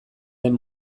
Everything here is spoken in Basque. den